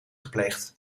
gepleegd